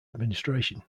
administration